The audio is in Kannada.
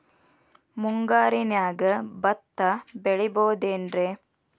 ಮುಂಗಾರಿನ್ಯಾಗ ಭತ್ತ ಬೆಳಿಬೊದೇನ್ರೇ?